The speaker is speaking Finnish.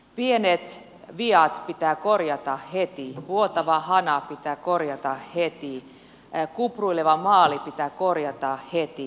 pienet viat pitää korjata heti vuotava hana pitää korjata heti kupruileva maali pitää korjata heti